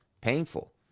painful